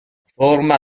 forma